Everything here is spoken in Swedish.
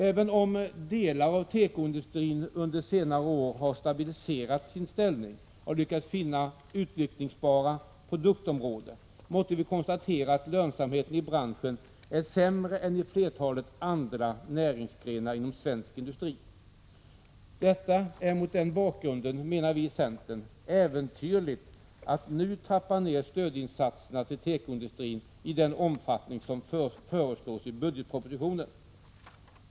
Även om delar av tekoindustrin under senare år har konsoliderat sin ställning och lyckats finna utvecklingsbara produktområden, måste vi konstatera att lönsamheten i branschen är sämre än i flertalet andra näringsgrenar inom svensk industri. Det är mot denna bakgrund, menar vi i centern, äventyrligt att nu trappa ned stödinsatserna till tekoindustrin i den omfattning som föreslås i budgetpropositionen.